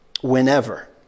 whenever